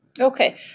Okay